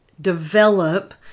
develop